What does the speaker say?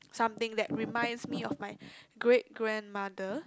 something that reminds me of my great grandmother